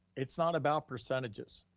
it's not about percentages.